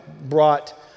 brought